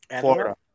Florida